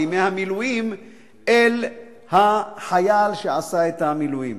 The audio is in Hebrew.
ימי המילואים אל החייל שעשה את המילואים.